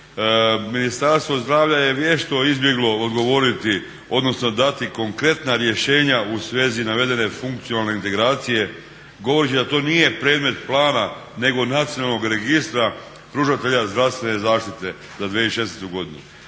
Ministarstvo zdravlja je vješto izbjeglo odgovoriti, odnosno dati konkretna rješenja u svezi navedene funkcionalne integracije govoreći da to nije predmet plana, nego Nacionalnog registra pružatelja zdravstvene zaštite za 2016. godinu